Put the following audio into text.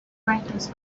brightness